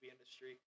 industry